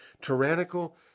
tyrannical